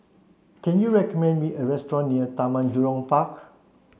can you recommend me a restaurant near Taman Jurong Park